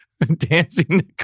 dancing